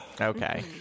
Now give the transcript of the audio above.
Okay